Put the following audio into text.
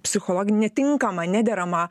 psichologinį netinkamą nederamą